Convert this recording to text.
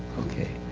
okay.